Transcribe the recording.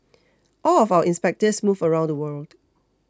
all of our inspectors move around the world